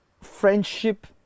friendship